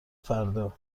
فردا